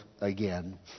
again